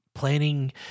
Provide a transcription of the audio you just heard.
planning